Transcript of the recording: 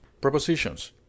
Prepositions